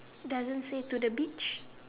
doesn't say to the beach